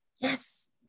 Yes